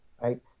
right